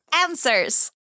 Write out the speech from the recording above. answers